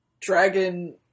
dragon